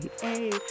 hey